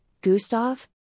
Gustav